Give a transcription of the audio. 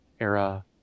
era